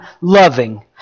loving